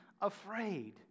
afraid